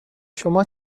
شما